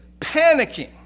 panicking